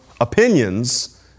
opinions